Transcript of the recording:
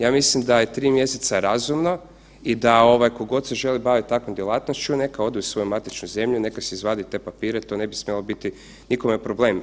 Ja mislim da je 3 mjeseca razumno i da tko god se želi baviti takvom djelatnošću, neka odu u svoje matične zemlje, neka se izvadi te papire, to ne bi smjelo biti nikome problem.